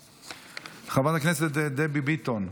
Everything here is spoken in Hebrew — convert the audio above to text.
חברת הכנסת אורית פרקש הכהן,